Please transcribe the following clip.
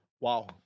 Wow